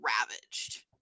ravaged